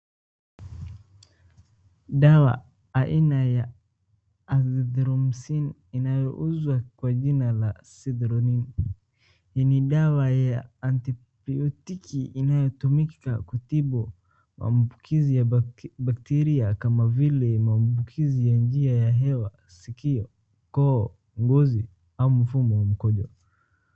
Dawa aina ya azithromycin inayouzwa kwa jina la sithronin . Hii ni dawa ya antibiotic inayotumika kutibu maambukizi ya bacteria kama vile maambukizi ya njia ya hewa, sikio, koo, ngozi, au mfumo wa mkojo.